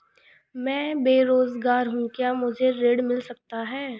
मैं बेरोजगार हूँ क्या मुझे ऋण मिल सकता है?